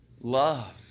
love